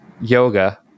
yoga